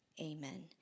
Amen